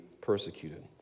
persecuted